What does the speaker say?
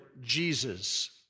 Jesus